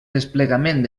desplegament